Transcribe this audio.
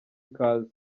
ikaze